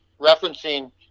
referencing